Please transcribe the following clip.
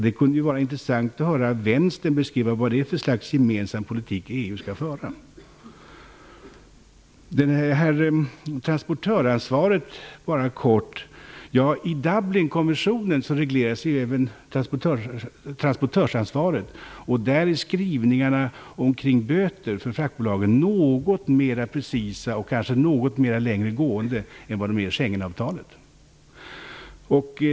Det kunde vara intressant att höra vänstern beskriva vad det är för slags gemensam politik de vill att EU skall föra. Så några ord om transportörsansvaret. I Dublinkonventionen regleras även transportörsansvaret, och där är skrivningarna omkring böter för fraktbolagen något mer precisa och kanske något längre gående än i Schengenavtalet.